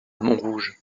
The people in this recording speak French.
montrouge